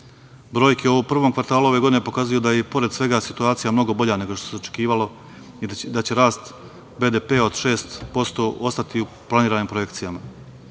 Brojke u ovom prvom kvartalu ove godine pokazuju da je i pored svega situacija mnogo bolja nego što se očekivalo i da će rast BDP od 6% ostati u planiranim projekcijama.